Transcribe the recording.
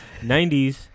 90s